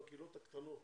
בקהילות הקטנות